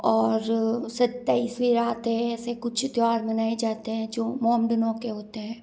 और सत्ताइसवी रात है ऐसे कुछ त्योहार मनाए जाते हैं जो मोमडनों के होते हैं